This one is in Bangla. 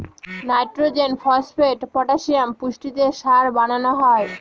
নাইট্রজেন, ফসপেট, পটাসিয়াম পুষ্টি দিয়ে সার বানানো হয়